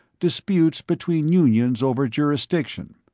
disputes between unions over jurisdiction.